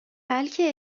بلکه